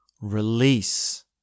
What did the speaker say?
release